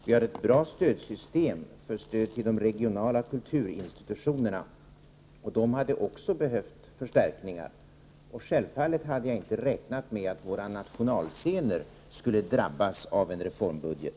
Vi har ett bra system för stöd till de regionala kulturinstitutionerna. De hade också behövt förstärkningar. Självfallet hade jag inte räknat med att våra nationalscener skulle drabbas av en reformbudget.